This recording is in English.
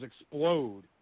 explode